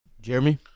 Jeremy